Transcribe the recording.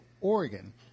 Oregon